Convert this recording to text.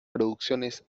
producciones